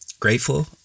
grateful